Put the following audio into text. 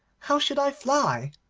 how should i fly